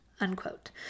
Unquote